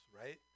right